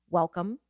welcome